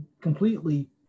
completely